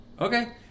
okay